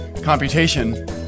computation